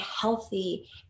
healthy